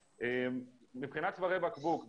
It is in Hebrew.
מבחינת צווארי בקבוק,